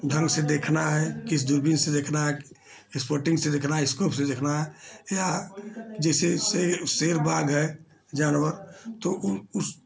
ढंग से देखना है किस दूरबीन से देखना है स्पोर्टिन्ग से देखना है स्कोप से देखना है या जैसे उससे शेर बाघ है जानवर तो उस